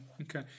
Okay